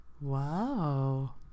Wow